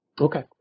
Okay